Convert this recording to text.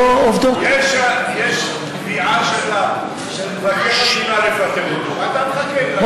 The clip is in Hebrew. יש קביעה של מבקר המדינה לפטר אותו, ואתה מחכה.